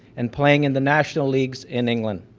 and playing in the national leagues in england.